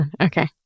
Okay